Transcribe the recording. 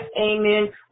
amen